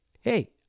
Hey